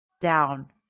down